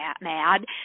mad